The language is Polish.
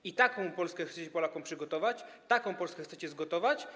I taką Polskę chcecie Polakom przygotować, taką Polskę chcecie zgotować.